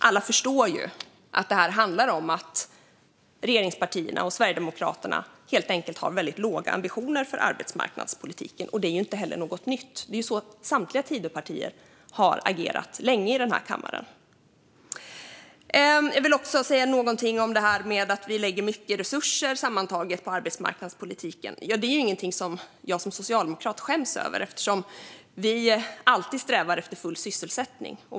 Alla förstår att detta handlar om att regeringspartierna och Sverigedemokraterna helt enkelt har väldigt låga ambitioner för arbetsmarknadspolitiken. Det är inte heller något nytt. Samtliga Tidöpartier har agerat på det sättet länge i den här kammaren. Jag vill också säga något om detta att vi lägger mycket resurser på arbetsmarknadspolitiken sammantaget. Det är inget som jag som socialdemokrat skäms över, för vi strävar alltid efter full sysselsättning.